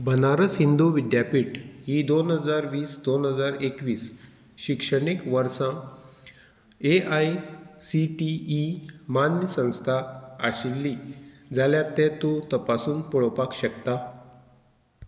बनारस हिंदू विद्यापीठ ही दोन हजार वीस दोन हजार एकवीस शिक्षणीक वर्सा A I C T E मान्य संस्था आशिल्ली जाल्यार तें तूं तपासून पळोवपाक शकता